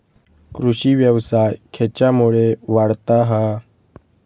कृषीव्यवसाय खेच्यामुळे वाढता हा?